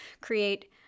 create